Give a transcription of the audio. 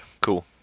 cool